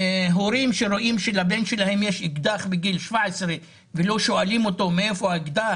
הורים שרואים שלבן שלהם יש אקדח בגיל 17 ולא שואלים אותו מאיפה האקדח,